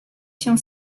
się